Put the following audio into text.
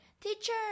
teacher